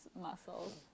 muscles